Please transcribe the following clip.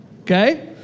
okay